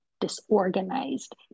disorganized